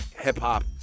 hip-hop